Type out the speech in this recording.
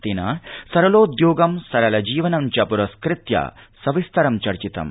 तेन सरलोद्योगं सरलजीवनञ्च पुरस्कृत्य सविस्तरं चर्चितम्